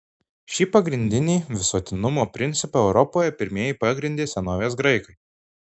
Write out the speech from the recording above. šį pagrindinį visuotinumo principą europoje pirmieji pagrindė senovės graikai